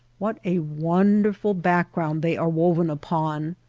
what a wonderful background they are woven upon!